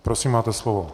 Prosím, máte slovo.